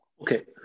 Okay